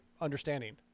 understanding